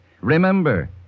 Remember